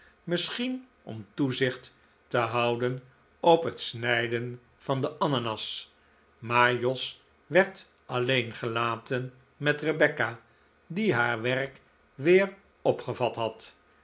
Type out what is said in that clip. misschien om toezicht te houden op het snijden van de ananas maar jos werd alleen gelaten met rebecca die haar werk weer opgevat had